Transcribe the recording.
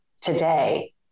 today